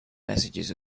messages